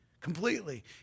Completely